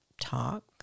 talk